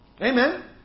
Amen